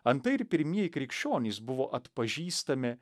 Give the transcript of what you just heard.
antai ir pirmieji krikščionys buvo atpažįstami